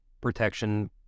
protection